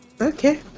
Okay